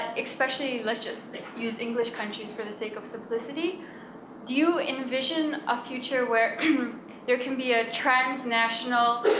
especially, let's just use english countries for the sake of simplicity. do you envision a future where there can be a transnational